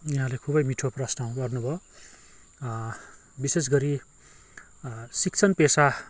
यहाँले खुबै मिठो प्रश्न गर्नुभयो विशेषगरि शिक्षण पेसा